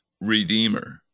Redeemer